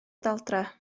daldra